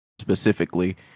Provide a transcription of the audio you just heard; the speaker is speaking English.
specifically